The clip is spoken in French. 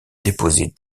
déposer